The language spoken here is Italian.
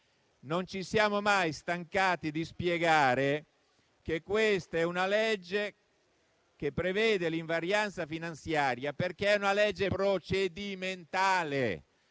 Non ci siamo mai stancati di spiegare che questo disegno di legge prevede l'invarianza finanziaria, perché è una norma procedimentale.